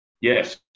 yes